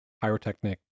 pyrotechnic